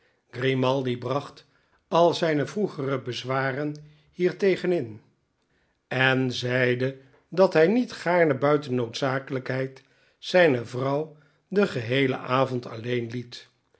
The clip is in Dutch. grimaldi bracht al zijne vroegere bezwaren hiertegen in en zeide dat hij niet gaarne buiten noodzakelijkheid zijne vrouw den geheelen avond alleen liet